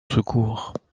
secours